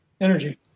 Energy